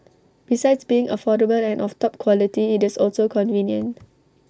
besides being affordable and of top quality IT is also convenient